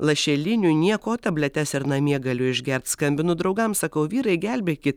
lašelinių nieko tabletes ir namie galiu išgert skambinu draugams sakau vyrai gelbėkit